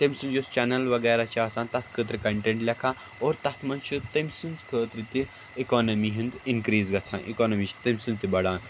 تٔمۍ سٕنٛز یۅس چَنَل وَغیِرَہ چھِ آسان تَتھ خٲطرٕ کَنٹینٛٹ لیکھان اور تَتھ منٛز چھُ تمٔۍ سٕنٛزِ خٲطرٕ تہِ اِکانامی ہُنٛد اِنکٕرِیٖز گَژھان اِکانامی چھِ تٔمۍ سٕنٛز تہِ بَڈان